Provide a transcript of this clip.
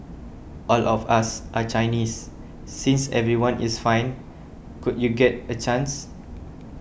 all of us are Chinese since everyone is fine could you get a chance